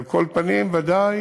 על כל פנים, ודאי